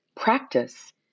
practice